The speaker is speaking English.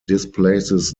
displaces